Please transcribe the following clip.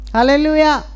Hallelujah